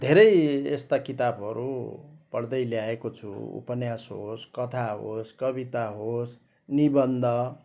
धेरै यस्ता किताबहरू पढ्दै ल्याएको छु उपन्यास होस् कथा होस् कविता होस् निबन्ध